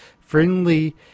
friendly